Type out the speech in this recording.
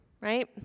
right